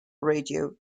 radio